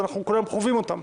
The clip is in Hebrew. ואנחנו כל יום חווים אותן